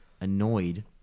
annoyed